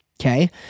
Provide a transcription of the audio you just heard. Okay